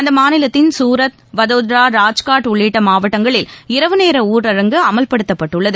அந்த மாநிலத்தின் சூரத் வடோதரா ராஜ்காட் உள்ளிட்ட மாவட்டங்களில் இரவு நேர ஊரடங்கு அமல்படுத்தப்பட்டுள்ளது